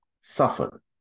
suffered